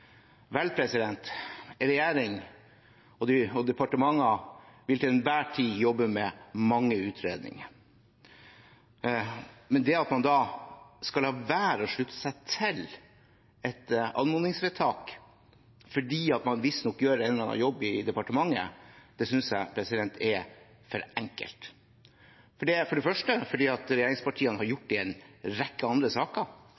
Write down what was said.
Vel, regjeringen og departementene vil til enhver tid jobbe med mange utredninger, men å la være å slutte seg til et anmodningsvedtak fordi man visstnok gjør en eller annen jobb i departementet, synes jeg er for enkelt. I en rekke andre saker som vi har behandlet i denne sal, både før og etter jul, konkrete saker, har regjeringspartiene kunnet si at vi har